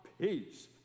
Peace